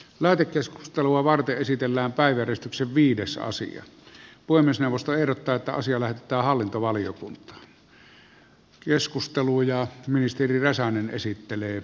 lähetekeskustelua varten esitellään päivystyksen viidessä asia voi myös puhemiesneuvosto ehdottaa että asia lähetetään hallintovaliokuntaan